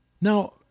now